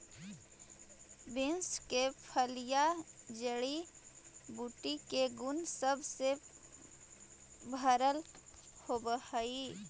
beans के फलियां जड़ी बूटी के गुण सब से भरल होब हई